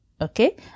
Okay